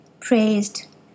praised